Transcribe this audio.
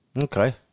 Okay